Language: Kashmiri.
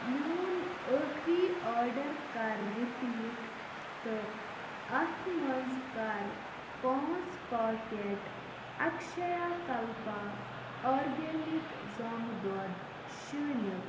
میون ٲخری آرڈر کر رِپیٖٹ تہٕ اَتھ مَنٛز کر پانٛژھ پاکٮ۪ٹ اکشیا کلپا آرگینِک زامُت دۄد شٲمِل